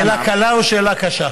שאלה קלה או שאלה קשה?